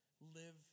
live